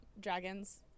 dragons